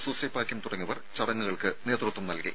സൂസെപാക്യം തുടങ്ങിയവർ ചടങ്ങുകൾക്ക് നേതൃത്വം നൽകി